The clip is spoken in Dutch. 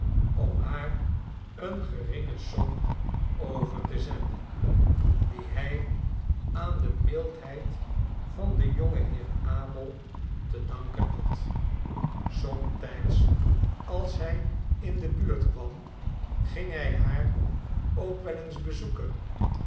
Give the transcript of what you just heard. om haar eene geringe som over te zenden die hij aan de mildheid van den jongen heer abel te danken had somtijds als hij in de buurt kwam ging hij haar ook wel eens bezoeken